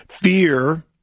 Fear